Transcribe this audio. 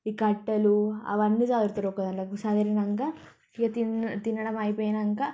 ఈ కట్టెలు అవన్ని సర్డుతారు ఒకదానిలోకి సర్దాక ఇక తిని తినడము అయిపోయాక